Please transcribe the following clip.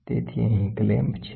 તેથી અહીં ક્લેમ્પ છે